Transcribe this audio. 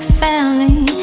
family